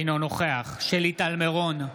אינו נוכח שלי טל מירון,